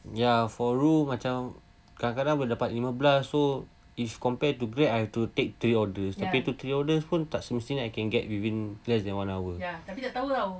ya for roo macam kadang-kadang boleh dapat lima belas so if compared to grab I have to take three orders tapi three orders pun tak semestinya I can get within less than one hour